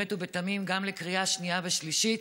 באמת ובתמים גם לקריאה שנייה ושלישית,